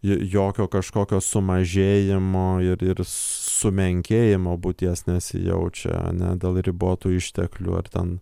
jo jokio kažkokio sumažėjimo ir ir sumenkėjimo būties nesijaučia ane dėl ribotų išteklių ar ten